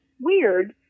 weird